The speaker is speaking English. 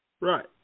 Right